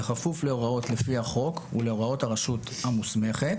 בכפוף להוראות לפי החוק ולהוראות הרשות המוסמכת.